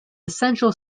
essential